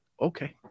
Okay